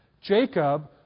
Jacob